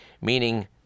meaning